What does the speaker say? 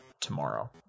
tomorrow